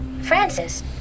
Francis